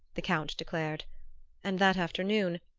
the count declared and that afternoon,